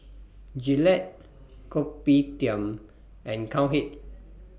Gillette Kopitiam and Cowhead